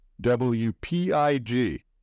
W-P-I-G